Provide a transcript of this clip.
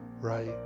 right